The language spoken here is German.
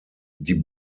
die